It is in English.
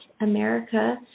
america